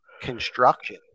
construction